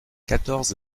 quatorze